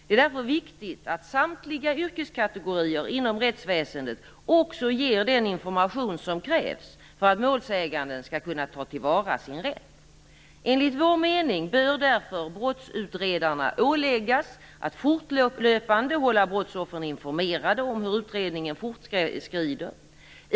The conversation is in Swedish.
Det är därför viktigt att samtliga yrkeskategorier inom rättsväsendet också ger den information som krävs för att målsäganden skall kunna ta till vara sin rätt. Enligt vår mening bör därför brottsutredarna åläggas att fortlöpande hålla brottsoffren informerade om hur utredningen fortskrider.